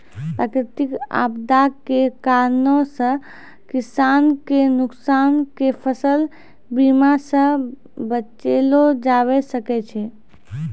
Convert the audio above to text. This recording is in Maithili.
प्राकृतिक आपदा के कारणो से किसान के नुकसान के फसल बीमा से बचैलो जाबै सकै छै